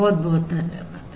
बहुत बहुत धन्यवाद